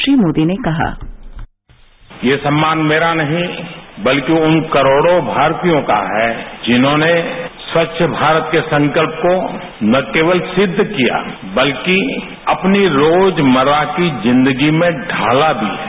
श्री मोदी ने कहा यह सम्मान मेरा नहीं बल्कि उन करोड़ों भारतीयों का है जिन्होंने स्वच्छ भारत के संकल्प को न केवल सिद्द किया है बल्कि अपनी रोजमर्रा की जिंदगी में ढाला भी है